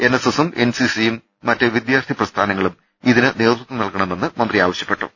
N S എസും N C സിയും വിദ്യാർത്ഥി പ്രസ്ഥാനങ്ങളും ഇതിന് നേതൃത്വം നൽക ണമെന്നും മന്ത്രി ആവശ്യപ്പെട്ടു